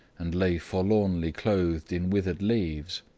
and lay forlornly clothed in withered leaves